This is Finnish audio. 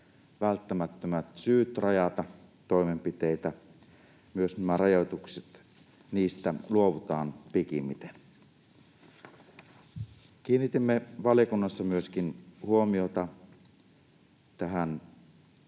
välttämättömät syyt rajata toimenpiteitä, myös näistä rajoituksista luovutaan pikimmiten. Kiinnitimme valiokunnassa myöskin huomiota